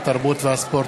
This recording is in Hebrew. התרבות והספורט.